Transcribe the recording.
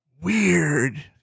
Weird